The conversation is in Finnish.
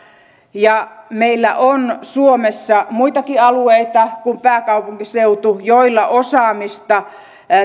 meillä on suomessa muitakin alueita kuin pääkaupunkiseutu joilla osaamista